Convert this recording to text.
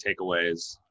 takeaways